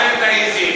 יבושם לך.